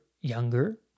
younger